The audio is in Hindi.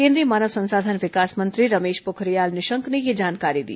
केंद्रीय मानव संसाधन विकास मंत्री रमेश पोखरियाल निशंक ने यह जानकारी दी